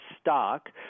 stock